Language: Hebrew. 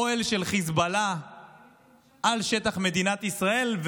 אוהל של חיזבאללה על שטח מדינת ישראל.